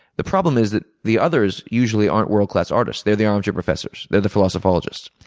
the problem is that the others usually aren't world-class artists. they're the armchair professors. they're the philosophologists.